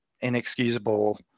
inexcusable